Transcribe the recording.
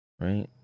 right